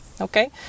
okay